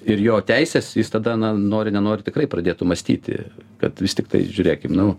ir jo teisės jis tada na nori nenori tikrai pradėtų mąstyti kad vis tiktai žiūrėkim nu